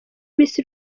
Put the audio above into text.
miss